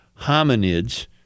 hominids